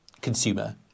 consumer